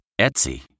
Etsy